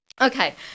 Okay